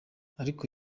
ariko